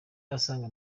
asaga